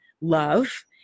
love